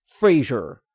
Frasier